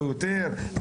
או יותר.